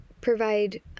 provide